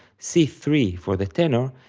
c three for the tenor,